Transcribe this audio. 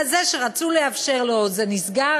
זה שרצו לאפשר לו את זה נסגר,